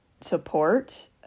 support